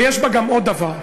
יש בה גם עוד דבר,